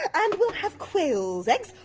and we'll have quail's eggs,